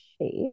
shape